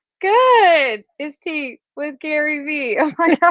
good, it's tea with gary vee.